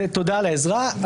תודה על העזרה.